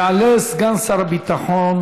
יעלה סגן שר הביטחון